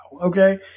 Okay